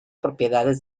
propiedades